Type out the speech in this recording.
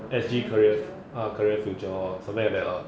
S G crave ah career future or something like that lah